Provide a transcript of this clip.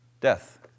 Death